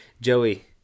Joey